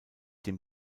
dem